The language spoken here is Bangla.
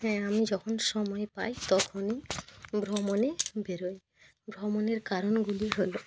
হ্যাঁ আমি যখন সময় পাই তখনই ভ্রমণে বেরোই ভ্রমণের কারণগুলি হলো